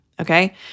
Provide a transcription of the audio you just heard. okay